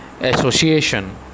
Association